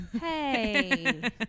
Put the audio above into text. Hey